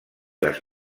les